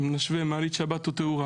אם נשווה מעלית שבת או תאורה